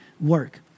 work